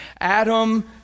Adam